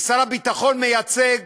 כי שר הביטחון מייצג